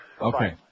Okay